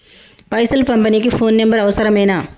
పైసలు పంపనీకి phone number అవసరమేనా?